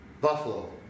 Buffalo